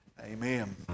Amen